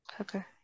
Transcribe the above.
Okay